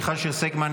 מיכל שיר סגמן,